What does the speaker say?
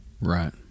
Right